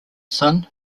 sun